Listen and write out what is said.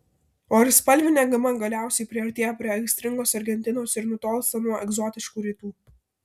o ir spalvinė gama galiausiai priartėja prie aistringos argentinos ir nutolsta nuo egzotiškų rytų